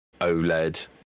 OLED